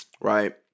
right